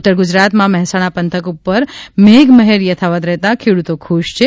ઉત્તરગુજરાતમાં મહેસાણા પંથક ઉપર મેઘમહેર યથાવત રહેતા ખેડૂતો ખુશ છે